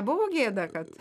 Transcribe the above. buvo gėda kad